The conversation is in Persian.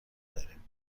داریم